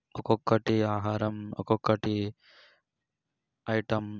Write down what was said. ఒక్కొక్కటి ఆహారం ఒక్కొక్కటి ఐటెం